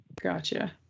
Gotcha